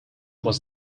was